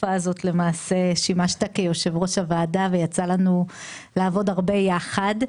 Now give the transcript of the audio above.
התקופה הזאת למעשה שימשת כיושב-ראש הוועדה ויצא לנו לעבוד הרבה יחד.